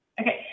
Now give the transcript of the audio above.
Okay